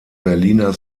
berliner